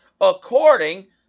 according